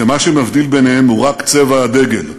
שמה שמבדיל ביניהן הוא רק צבע הדגל: